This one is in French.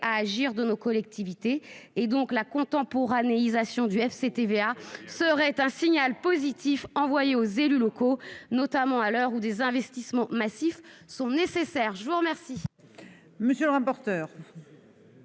à agir de nos collectivités. Instaurer la contemporanéité du FCTVA constituerait un signal positif envoyé aux élus locaux, à l'heure où des investissements massifs sont nécessaires.